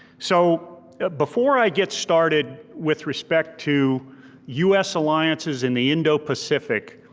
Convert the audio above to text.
so before i get started with respect to us alliances in the indo-pacific,